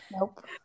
Nope